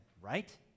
right